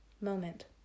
moment